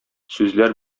сүзләр